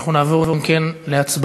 אם כן, אנחנו נעבור להצבעה